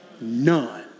None